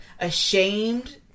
ashamed